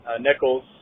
Nichols